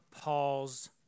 Paul's